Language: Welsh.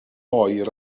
oer